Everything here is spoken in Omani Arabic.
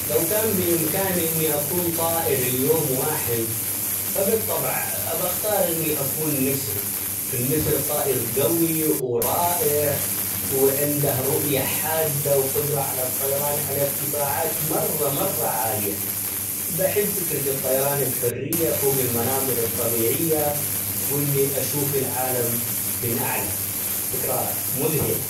لو كان بإمكاني إني أكون طائر ليوم واحد، فبالطبع أبى أختار إني أكون نسر ،النسر طائر قوي ،ورائع ،وعنده رؤية حادة ،وقدرة على الطيران على إرتفاعات مرة مرة عالية ،بحب فكرة الطيران بحرية فوق المناظر الطبيعية، وإني أشوف العالم من أعلى، فكرة مذهلة.